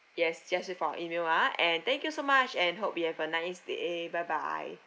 yes just wait for our email ah and thank you so much and hope you have a nice day bye bye